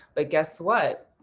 but guess what?